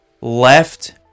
left